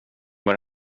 vad